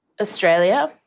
Australia